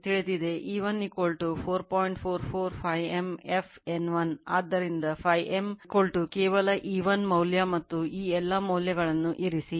44 Φm f N1 ಆದ್ದರಿಂದ Φm ಕೇವಲ E1 ಮೌಲ್ಯ ಮತ್ತು ಈ ಎಲ್ಲಾ ಮೌಲ್ಯಗಳನ್ನು ಇರಿಸಿ